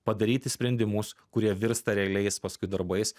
padaryti sprendimus kurie virsta realiais paskui darbais